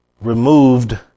removed